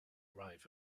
arrive